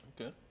Okay